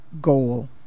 goal